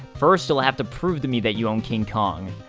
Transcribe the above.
first you'll have to prove to me that you own king kong.